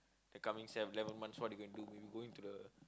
the coming s~ eleven months what you gonna do we going to the